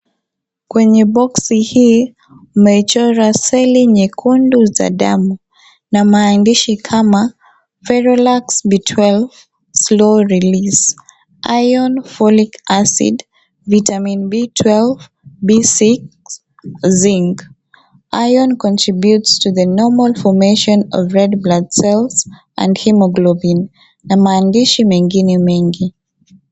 Kwenye boxi hii, imechorwa seli nyekundu za damu, na maandishi kama, (cs)ferolax B12, slow release, iron folic acid, vitamin B12, B6,zinc, iron contributes to the normal formation of red blood cells, and haemoglobin(cs), na maandishi mengine mengi.